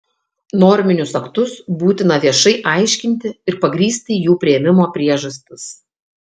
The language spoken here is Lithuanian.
norminius aktus būtina viešai aiškinti ir pagrįsti jų priėmimo priežastis